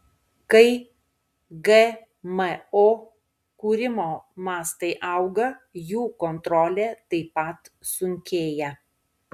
kai gmo kūrimo mastai auga jų kontrolė taip pat sunkėja